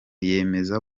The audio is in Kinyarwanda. yemeza